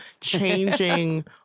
changing